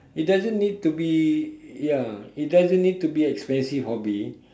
it doesn't need to be ya it doesn't need to be expensive hobby